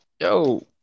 Yo